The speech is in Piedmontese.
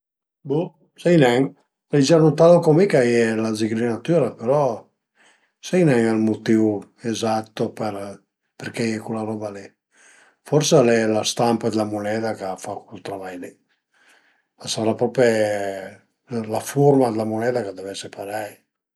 Bo, sai nen, l'ai gia nutalu co mi ch'a i ie la zigrinatüra però sai en ël mutìu esatto për përché a ie cula roba li, forse al e la stampa d'la muneda ch'a fa cul travai li, a sarà prope la furma d'la muneda ch'a deu esi parei